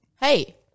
hey